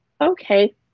Okay